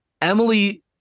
Emily